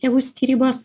tėvų skyrybos